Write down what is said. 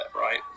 right